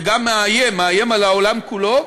וגם מאיים, מאיים על העולם כולו,